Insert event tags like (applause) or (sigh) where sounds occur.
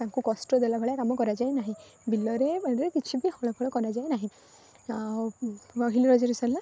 ତାଙ୍କୁ କଷ୍ଟ ଦେଲା ଭଳିଆ କାମ କରାଯାଏ ନାହିଁ ବିଲରେ ବାଡ଼ିରେ କିଛି ବି ହଳ ଫଳ କରାଯାଏ ନାହିଁ ଆଉ ପହିଲି ରଜ (unintelligible) ସରିଲା